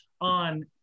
on